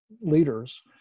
leaders